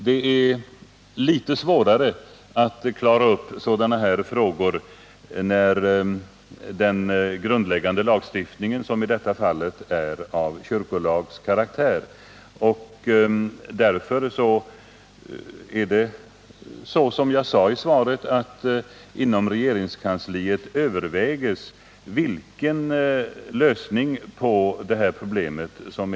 Det är litet svårare att klara upp frågor i fall som de här aktuella, där den grundläggande lagstiftningen har kyrkolagskaraktär. Därför överväger man, som jag sade i mitt svar, inom regeringskansliet vilken lösning som är den bästa på detta problem.